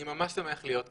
אני ממש שמח להיות כאן.